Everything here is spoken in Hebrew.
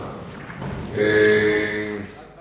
הצעה, שתי